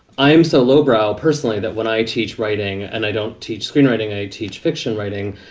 i am so lowbrow personally that when i teach writing and i don't teach screenwriting, i teach fiction writing.